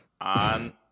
on